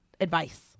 advice